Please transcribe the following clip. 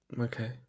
Okay